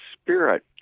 spirit